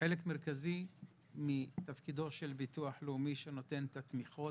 זה חלק מרכזי מתפקידו של המוסד לביטוח לאומי שנותן את התמיכות,